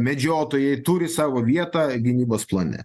medžiotojai turi savo vietą gynybos plane